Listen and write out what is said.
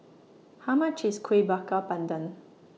How much IS Kueh Bakar Pandan